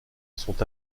sont